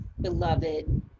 beloved